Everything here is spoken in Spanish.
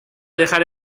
dejar